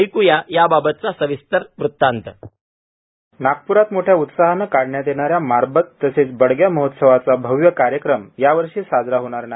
एक्या याबाबतचा सविस्तर वृतांत नागप्रात मोठ्या उत्साहाने काढण्यात येणाऱ्या मारबत तसेच बडग्या महोत्सवाचा भव्य कार्यक्रम यावर्षी साजरा होणार नाही